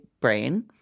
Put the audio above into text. brain